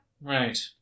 Right